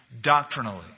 doctrinally